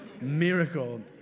miracle